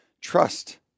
trust